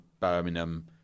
Birmingham